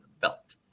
Belt